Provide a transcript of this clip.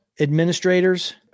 administrators